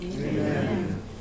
amen